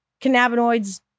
cannabinoids